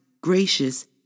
gracious